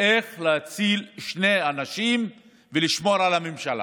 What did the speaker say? איך להציל שני אנשים ולשמור על הממשלה,